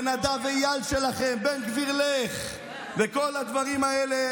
ונדב אייל שלכם: "בן גביר לך" וכל הדברים האלה,